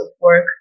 work